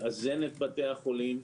לאזן את בתי החולים,